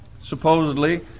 supposedly